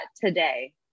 today